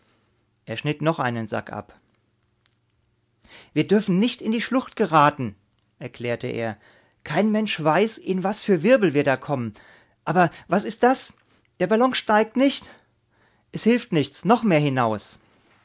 er schnitt noch einen sack ab wir dürfen nicht in die schlucht geraten erklärte er kein mensch weiß in was für wirbel wir da kommen aber was ist das der ballon steigt nicht es hilft nichts noch mehr hinaus